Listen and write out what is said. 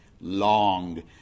long